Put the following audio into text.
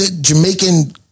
Jamaican